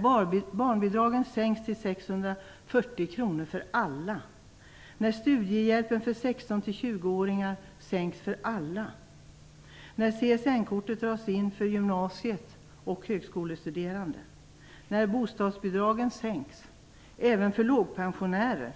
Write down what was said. Barnbidragen sänks till Bostadsbidragen sänks även för personer med låga pensioner.